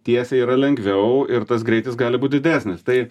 tiesiai yra lengviau ir tas greitis gali būt didesnis tai